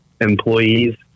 employees